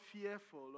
fearful